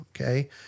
Okay